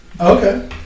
Okay